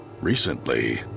Recently